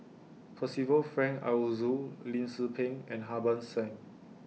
Percival Frank Aroozoo Lim Tze Peng and Harbans Singh